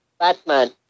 Batman